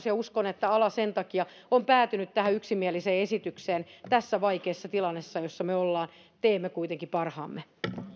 ja uskon että ala sen takia on päätynyt tähän yksimieliseen esitykseen tässä vaikeassa tilanteessa jossa me olemme teemme kuitenkin parhaamme